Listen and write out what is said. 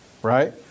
Right